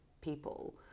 people